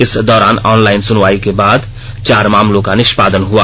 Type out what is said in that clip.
इस दौरान ऑनलाइन सुनवाई के बाद चार मामलों का निष्मादन हुआ